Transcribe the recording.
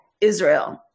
Israel